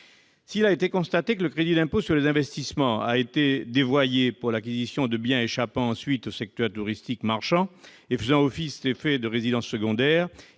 S'il a été constaté que le crédit d'impôt sur les investissements a été dévoyé pour l'acquisition de biens échappant ensuite au secteur touristique marchand et faisant office, dans les faits, de résidences secondaires,